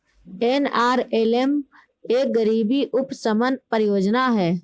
NRLM एक गरीबी उपशमन परियोजना है